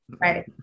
Right